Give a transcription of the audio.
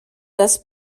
das